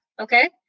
Okay